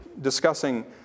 discussing